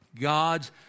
God's